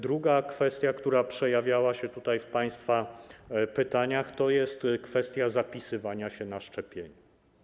Druga kwestia, która przewijała się w państwa pytaniach, to jest kwestia zapisywania się na szczepienia.